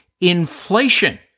inflation